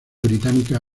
británica